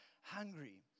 Hungry